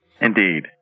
Indeed